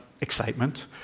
excitement